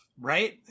Right